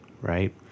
right